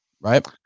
Right